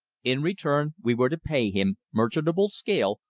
in return we were to pay him, merchantable scale,